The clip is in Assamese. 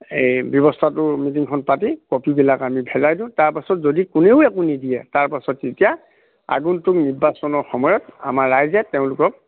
এই ব্যৱস্থাটোৰ মিটিংখন পাতি কপিবিলাক আমি দিওঁ তাৰপাছত যদি কোনেও একো নিদিয়ে তাৰপাছত এতিয়া আগন্তক নিৰ্বাচনৰ সময়ত আমাৰ ৰাইজে তেওঁলোকক